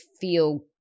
feel